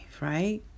right